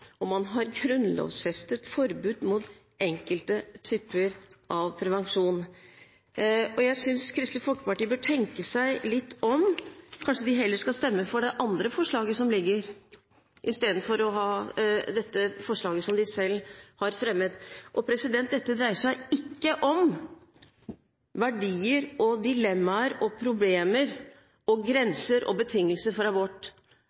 og man har grunnlovfestet forbud mot enkelte typer av prevensjon. Jeg synes Kristelig Folkeparti bør tenke seg litt om. Kanskje de heller skal stemme for det andre forslaget som foreligger, istedenfor det forslaget som de selv har fremmet. Dette dreier seg ikke om verdier, dilemmaer, problemer, grenser og betingelser. Vi er alle klar over – og alle mener – at det er knyttet dilemmaer og problemer